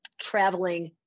traveling